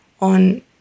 on